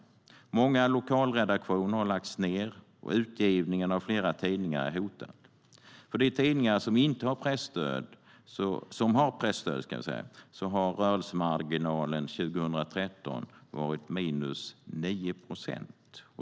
Många lokalredaktioner har lagts ned, och utgivningen av flera tidningar är hotad. För de tidningar som har presstöd var rörelsemarginalen 2013 minus 9 procent.